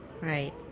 Right